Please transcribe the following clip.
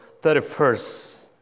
31st